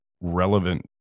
relevant